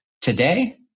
today